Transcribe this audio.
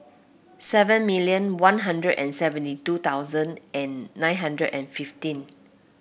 seven million One Hundred and seventy two thousand and nine hundred and fifteen